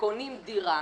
קונים דירה,